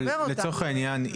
אבל לצורך העניין,